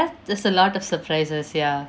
is a lot of surprises ya